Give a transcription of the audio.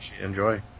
enjoy